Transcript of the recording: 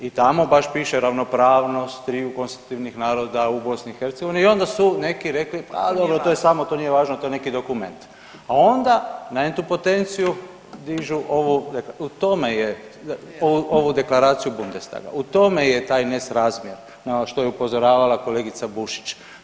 I tamo baš piše ravnopravnost triju konstitutivnih naroda u BiH i onda su neki rekli, a dobro to je samo, to nije važno to je neki dokument, a onda na entu potenciju dižu ovu, u tome je, ovu deklaraciju Bunestaga, u tome je taj nesrazmjer na ono što je upozoravala kolegica Bušić.